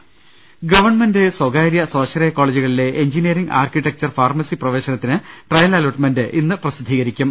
്്്്്് government സ്വകാര്യ സ്വാശ്രയ കോളേജുകളിലെ എഞ്ചിനിയ റിംഗ് ആർകിടെക്ചർ ഫാർമസി പ്രവേശനത്തിന് ട്രയൽ അലോട്ട്മെന്റ് ഇന്ന് പ്രസിദ്ധീകരിക്കും